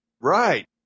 Right